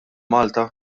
malta